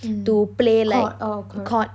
mm court orh court